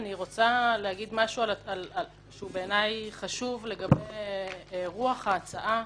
אני רוצה להגיד משהו שהוא בעיניי חשוב לגבי רוח ההצעה,